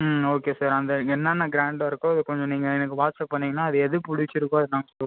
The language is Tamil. ம் ஓகே சார் அந்த என்னென்ன கிராண்டாக இருக்கோ அது கொஞ்சம் நீங்கள் எனக்கு வாட்ஸ்அப் பண்ணீங்கன்னால் அது பிடிச்சிருக்கோ அது காமிச்சுருவோம்